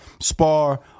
spar